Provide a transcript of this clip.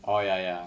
oh ya ya